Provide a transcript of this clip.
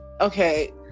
Okay